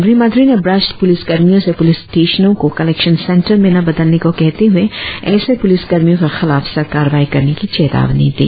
गृह मंत्री ने भ्रष्ट पुलिस कर्मियों से पुलिस स्टेशनों को कलेक्शन सेंटर में न बदलने को कहते हुए ऐसे पुलिस कर्मियों के खिलाफ सख्त कार्रवाई करने की चेतावनी दी